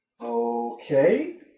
Okay